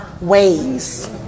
ways